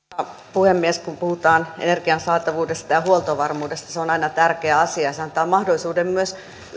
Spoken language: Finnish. puhemies kun puhutaan energian saatavuudesta ja huoltovarmuudesta se on aina tärkeä asia ja se antaa mahdollisuuden myös